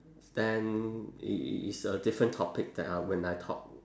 then it it it's a different topic than I when I talk